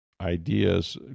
ideas